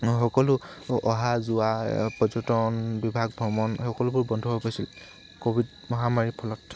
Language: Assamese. সকলো অহা যোৱা পৰ্যটন বিভাগ ভ্ৰমণ সকলোবোৰ বন্ধ হৈ গৈছিল ক'ভিড মহামাৰীৰ ফলত